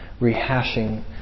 rehashing